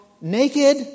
naked